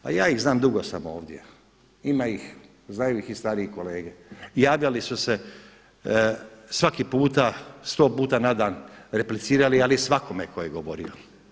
Pa ja ih znam, dugo sam ovdje, ima ih, znaju ih i stariji kolege, javljali su se svaki puta, 100 puta na dan, replicirali, ali svakome tko je govorio.